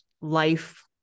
life